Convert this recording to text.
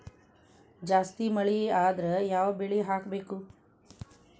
ಜಾಸ್ತಿ ಮಳಿ ಆದ್ರ ಯಾವ ಬೆಳಿ ಹಾಕಬೇಕು?